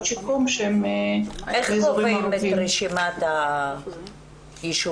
שיקום --- איך קובעים את רשימת הישובים?